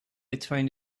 between